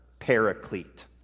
paraclete